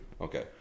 Okay